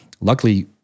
luckily